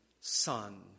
son